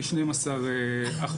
כ-12%.